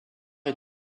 est